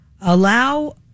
allow